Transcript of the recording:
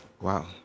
Wow